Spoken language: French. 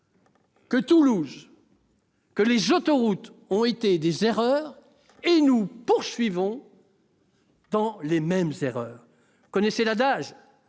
de Toulouse et des autoroutes ont été des erreurs ? Nous poursuivons dans les mêmes travers ! Vous connaissez l'adage :